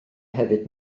hefyd